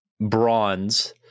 bronze